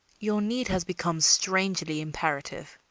your need has become strangely imperative,